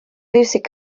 fiwsig